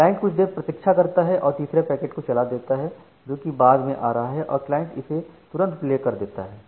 client कुछ देर प्रतीक्षा करता है और तीसरे पैकेट को चला देता है जो कि बाद में आ रहा है और क्लाइंट इसे तुरंत प्ले कर देता है